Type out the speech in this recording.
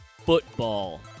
football